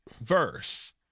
verse